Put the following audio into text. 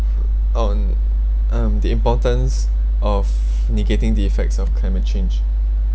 on um the importance of negating the effects of climate change